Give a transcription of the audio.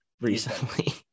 recently